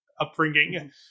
upbringing